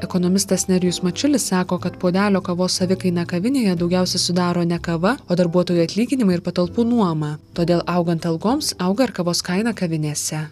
ekonomistas nerijus mačiulis sako kad puodelio kavos savikainą kavinėje daugiausia sudaro ne kava o darbuotojų atlyginimai ir patalpų nuoma todėl augant algoms auga ir kavos kaina kavinėse